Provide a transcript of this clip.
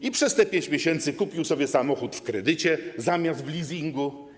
I przez te 5 miesięcy kupił sobie samochód w kredycie zamiast w leasingu.